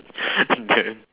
and then